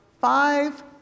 five